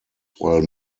while